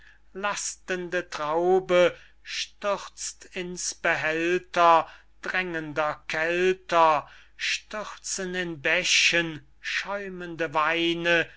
lastende traube stürzt in's behälter drängender kelter stürzen in bächen schäumende weine